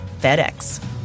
FedEx